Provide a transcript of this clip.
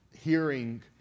hearing